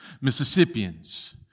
Mississippians